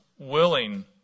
Willing